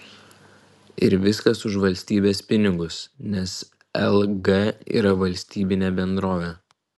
ir viskas už valstybės pinigus nes lg yra valstybinė bendrovė